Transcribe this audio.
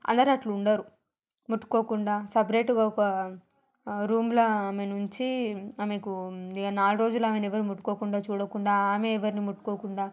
అందరూ అలా ఉండరు ముట్టుకోకుండా సెపరేటుగా ఒక రూమ్లా ఆమెను ఉంచి ఆమెకు నాలుగు రోజులు ఆమెను ఎవ్వరిని ముట్టుకోకుండా చూడకుండా ఆమె ఎవ్వరిని ముట్టుకోకుండా